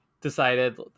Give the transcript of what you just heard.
decided